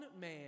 man